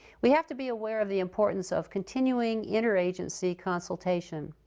we have to be aware of the importance of continuing interagency consultation.